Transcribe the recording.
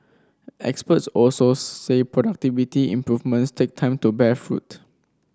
experts also say productivity improvements take time to bear fruit